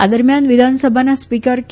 આ દરમ્યાન વિધાનસભાના સ્પીકર કે